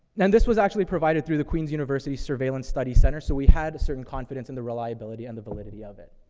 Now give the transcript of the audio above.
and and this was actually provided through the queen's university surveillance studies centre. so we had a certain confidence in the reliability and the validity of it.